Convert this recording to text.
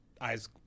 Eyes